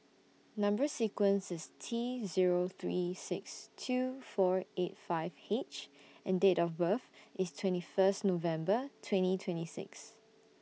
Number sequence IS T Zero three six two four eight five H and Date of birth IS twenty First November twenty twenty six